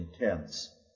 intense